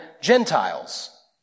Gentiles